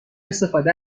استفاده